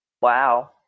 Wow